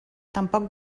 tampoc